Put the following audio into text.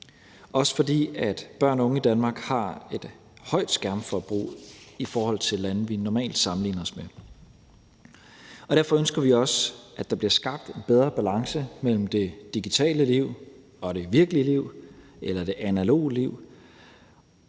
også, fordi børn og unge i Danmark har et højt skærmforbrug i forhold til lande, vi normalt sammenligner os med. Derfor ønsker vi også, at der bliver skabt bedre balance mellem det digitale liv og det virkelige eller analoge liv,